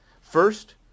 First